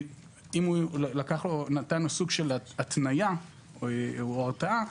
אם ניתנה לו סוג של התניה או הרתעה,